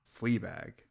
Fleabag